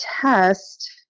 test